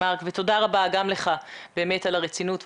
תודה רבה גם לך על הרצינות,